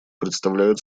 представляют